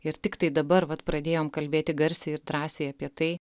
ir tiktai dabar vat pradėjom kalbėti garsiai ir drąsiai apie tai